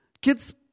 kids